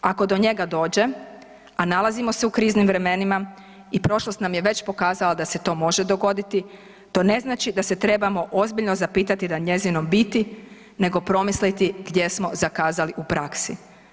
Ako do njega dođe, a nalazimo se u kriznim vremenima i prošlost nam je već pokazala da se to može dogoditi, to ne znači da se trebamo ozbiljno zapitati za njezino biti nego promisliti gdje smo zakazali u praksi.